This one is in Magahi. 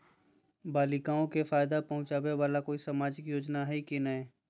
बालिकाओं के फ़ायदा पहुँचाबे वाला कोई सामाजिक योजना हइ की नय?